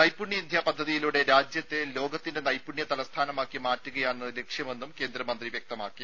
നൈപുണ്യ ഇന്ത്യ പദ്ധതിയിലൂടെ രാജ്യത്തെ ലോകത്തിന്റെ നൈപുണ്യ തലസ്ഥാനമാക്കി മാറ്റുകയാണ് ലക്ഷ്യമെന്നും കേന്ദ്രമന്ത്രി വ്യക്തമാക്കി